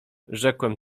rzekłem